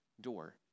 door